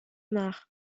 nach